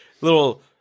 little